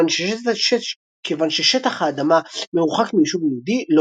כיוון ש"שטח האדמה מרוחק מיישוב יהודי,